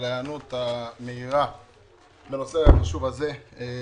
על ההיענות המהירה לנושא החשוב הזה,